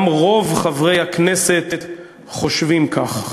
גם רוב חברי הכנסת חושבים כך.